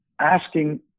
asking